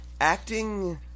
acting